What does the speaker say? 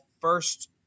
first